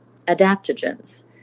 adaptogens